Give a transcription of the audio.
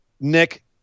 Nick